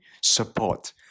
support